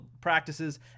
practices